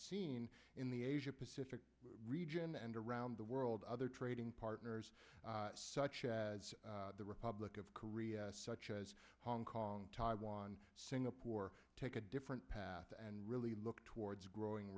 seen in the asia pacific region and around the world other trading partners such as the republic of korea such as hong kong taiwan singapore take a different path and really look towards growing